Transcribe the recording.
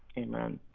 amen,